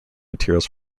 materials